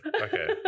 Okay